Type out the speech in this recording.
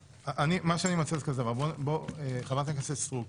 מה שאני מציע זה כזה דבר: חברת הכנסת סטרוק,